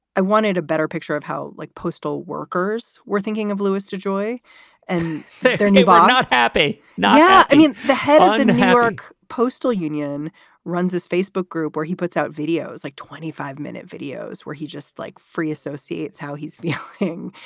i wanted a better picture of how, like, postal workers were thinking of lewis dejoy and their newborn not happy now. yeah i mean, the head um and of the postal union runs his facebook group where he puts out videos like twenty five minute videos where he just like free associates, how he's feeling.